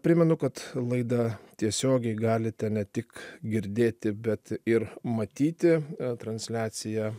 primenu kad laidą tiesiogiai galite ne tik girdėti bet ir matyti transliaciją